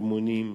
רימונים,